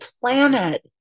planet